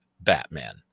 Batman